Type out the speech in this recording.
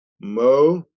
Mo